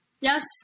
yes